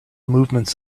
movement